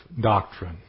doctrine